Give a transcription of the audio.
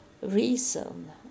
reason